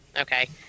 Okay